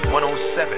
107